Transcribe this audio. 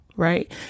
Right